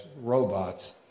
robots